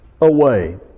away